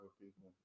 people